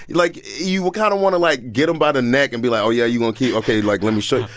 like, you would kind of want to, like, get him by the neck and be like, oh, yeah, you want to keep ok, like, let me show you.